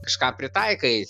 kažką pritaikai